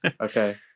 Okay